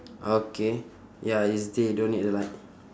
okay ya it's day don't need the light